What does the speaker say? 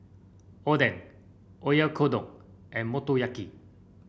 Oden Oyakodon and Motoyaki